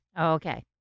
Okay